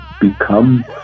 become